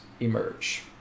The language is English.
emerge